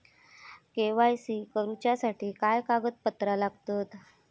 KYC करूच्यासाठी काय कागदपत्रा लागतत?